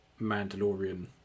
mandalorian